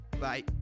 Bye